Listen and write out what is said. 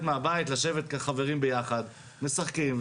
מהבית ולשבת עם חברים ביחד ומשחקים.